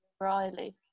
Riley